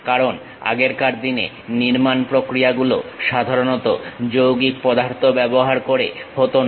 কারণ আগেকার দিনের নির্মাণ প্রক্রিয়াগুলো সাধারণ যৌগিক পদার্থ ব্যবহার করে হতো না